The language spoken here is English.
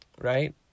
right